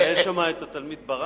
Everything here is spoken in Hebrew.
אני מזהה שם את התלמיד ברנס.